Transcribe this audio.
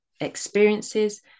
experiences